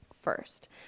first